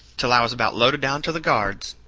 till i was about loaded down to the guards.